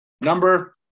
Number